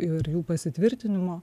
ir jų pasitvirtinimo